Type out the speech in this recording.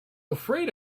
afraid